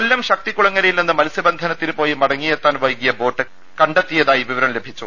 കൊല്ലം ശക്തികുളങ്ങരയിൽ നിന്ന് മത്സ്യബന്ധനത്തിന് പോയി മടങ്ങിയെത്താൻ വൈകിയ ബോട്ട് ക്ണ്ടതായി വിവരം ലഭിച്ചു